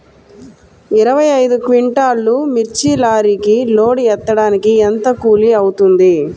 ఇరవై ఐదు క్వింటాల్లు మిర్చి లారీకి లోడ్ ఎత్తడానికి ఎంత కూలి అవుతుంది?